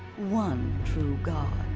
one true god.